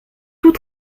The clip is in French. tous